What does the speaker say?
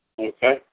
Okay